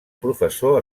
professor